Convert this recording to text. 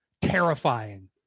terrifying